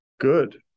Good